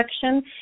section